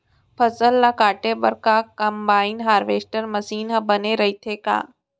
फसल ल काटे बर का कंबाइन हारवेस्टर मशीन ह बने रइथे का?